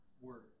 word